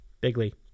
Bigly